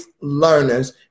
learners